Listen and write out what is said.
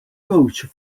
coach